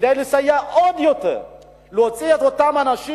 כדי לסייע עוד יותר ולהוציא את אותם אנשים,